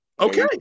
okay